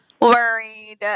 worried